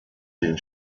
den